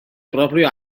proprio